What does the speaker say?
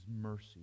mercy